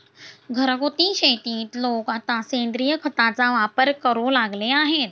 घरगुती शेतीत लोक आता सेंद्रिय खताचा वापर करू लागले आहेत